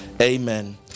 Amen